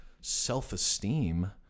self-esteem